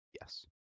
Yes